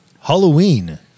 Halloween